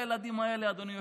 אדוני היושב-ראש.